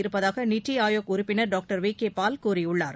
இருப்பதாக நித்தி ஆயோக் உறுப்பினர் doctor V K Paul கூறியுள்ளார்